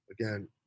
again